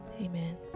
Amen